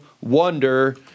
wonder